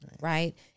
right